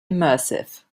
immersive